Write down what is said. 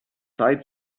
zeit